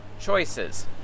choices